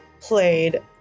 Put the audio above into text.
played